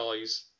guys